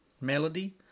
melody